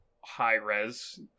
high-res